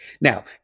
Now